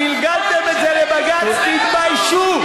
גלגלתם את זה לבג"ץ, תתביישו.